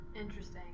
Interesting